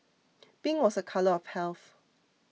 pink was a colour of health